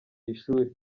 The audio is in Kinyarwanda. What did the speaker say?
ishuri